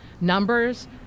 numbers